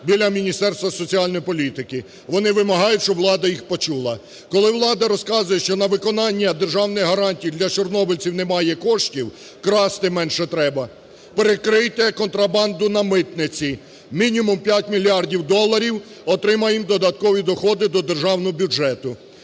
біля Міністерства соціальної політики. Вони вимагають, щоб влада їх почула. Коли влада розказує, що на виконання державних гарантій для чорнобильців немає коштів, – красти менше треба. Перекрийте контрабанду на митниці – мінімум 5 мільярдів доларів отримаємо додаткові доходи до державного бюджету.